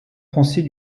français